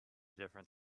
different